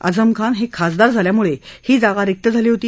आझमखान हे खासदार झाल्यामुळे ही जागा रिक्त झाली होती